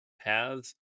paths